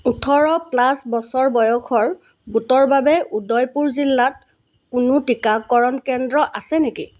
ওঠৰ প্লাছ বছৰ বয়সৰ গোটৰ বাবে উদয়পুৰ জিলাত কোনো টিকাকৰণ কেন্দ্ৰ আছে নেকি